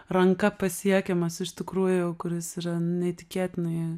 ranka pasiekiamas iš tikrųjų kuris yra neįtikėtinai